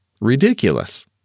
ridiculous